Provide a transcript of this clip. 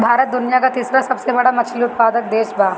भारत दुनिया का तीसरा सबसे बड़ा मछली उत्पादक देश बा